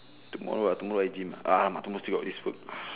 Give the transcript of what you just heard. tomorrow tomorrow I gym ah tomorrow still got this work